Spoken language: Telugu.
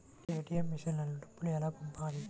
ఏ.టీ.ఎం మెషిన్లో డబ్బులు ఎలా పంపాలి?